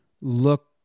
look